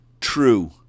true